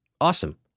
awesome